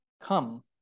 come